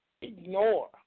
ignore